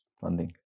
funding